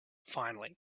finally